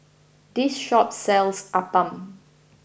this shop sells Appam